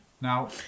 Now